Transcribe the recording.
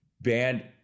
banned